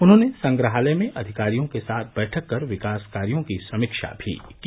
उन्होंने संग्रहालय में अधिकारियों के साथ बैठक कर विकास कार्यों की समीक्षा भी की